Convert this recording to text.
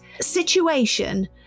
situation